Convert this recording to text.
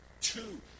Two